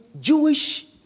Jewish